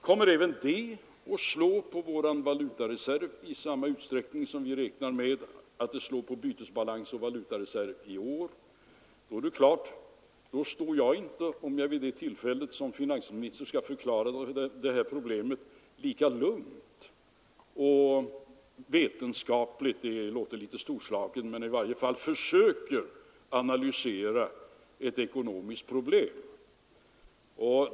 Slår detta i samma utsträckning på vår bytesbalans och vår valutareserv då som vi räknar med att det skall slå på vår bytesbalans och valutareserv i år, är det klart att då kommer inte jag att stå här och försöka analysera detta ekonomiska problem lika lugnt och vetenskapligt — det låter kanske litet storslaget — som nu, om det även vid det tillfället är jag som i egenskap av finansminister skall göra det.